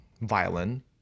violin